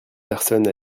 personnes